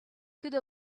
could